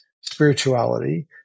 spirituality